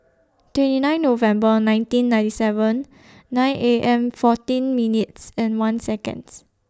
twenty nine November nineteen ninety seven nine A M fourteen minutes and one Seconds